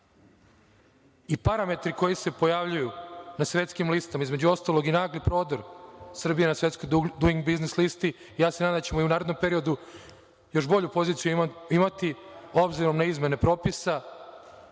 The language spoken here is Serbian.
i parametri koji se pojavljuju na svetskim listama, između ostalog i nagli prodor Srbije na Duing biznis listi, a nadam se da ćemo i u narednom periodu još bolju poziciju imati obzirom na izmene propisa.